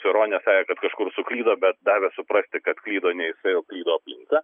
su ironija sakė kad kažkur suklydo bet davė suprasti kad klydo ne jisai o klydo aplinka